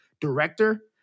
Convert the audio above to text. director